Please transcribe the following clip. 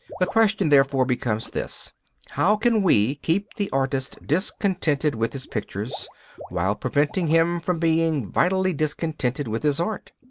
the question therefore becomes this how can we keep the artist discontented with his pictures while preventing him from being vitally discontented with his art?